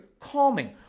calming